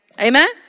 Amen